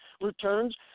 Returns